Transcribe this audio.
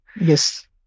yes